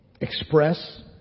express